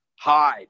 hide